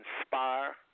inspire